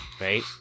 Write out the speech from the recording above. Right